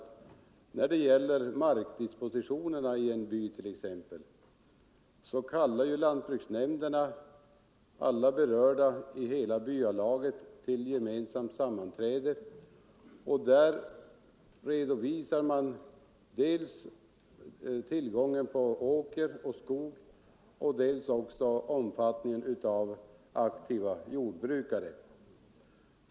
När det gäller t.ex. markdispositionerna i en by vet jag av egen er — Lantbruksnämnfarenhet att lantbruksnämnderna kallar alla berörda i hela byalaget till — dernas verksamhet, gemensamt sammanträde och där redovisar dels tillgången på åker och — m.m. skog, dels vilka aktiva jordbrukare som finns.